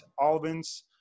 Alvin's